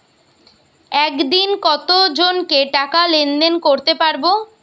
একদিন কত জনকে টাকা লেনদেন করতে পারবো?